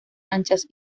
anchas